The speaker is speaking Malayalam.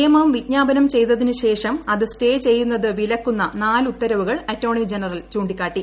നിയമം വിജ്ഞാപനം ചെയ്തതിനു ശേഷം അത് സ്റ്റേ ചെയ്യുന്നത് വിലക്കുന്ന നാല് ഉത്തരവുകൾ അറ്റോർണി ജനറൽ ചൂണ്ടിക്കാട്ടി